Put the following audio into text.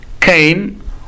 came